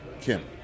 kim